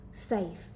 safe